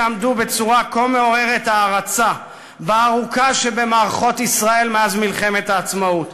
שעמדו בצורה כה מעוררת הערצה בארוכה שבמערכות ישראל מאז מלחמת העצמאות,